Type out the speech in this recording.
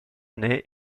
année